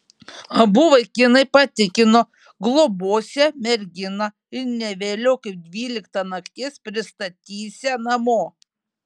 abu vaikinai patikino globosią merginą ir ne vėliau kaip dvyliktą nakties pristatysią namo